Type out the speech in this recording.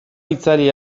itzali